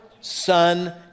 Son